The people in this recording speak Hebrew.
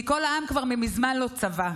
כי כל העם כבר מזמן לא צבא.